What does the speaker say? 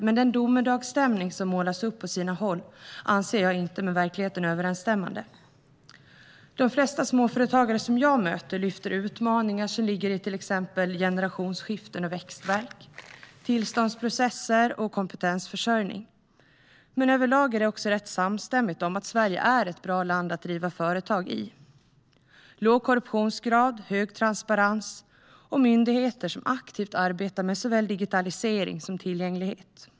Men den domedagsstämning som målas upp på sina håll anser jag inte vara med verkligheten överensstämmande. De flesta småföretagare jag möter lyfter fram utmaningar som ligger i till exempel generationsskiften, växtvärk, tillståndsprocesser och kompetensförsörjning. Överlag är de dock rätt samstämmiga om att Sverige är ett bra land att driva företag i. Vi har låg korruptionsgrad, stor transparens och myndigheter som aktivt arbetar med såväl digitalisering som tillgänglighet.